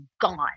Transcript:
gone